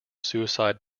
suicide